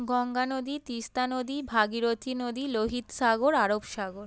গঙ্গা নদী তিস্তা নদী ভাগীরথী নদী লোহিত সাগর আরব সাগর